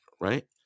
Right